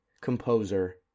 composer